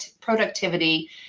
productivity